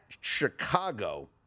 Chicago